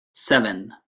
seven